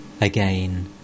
Again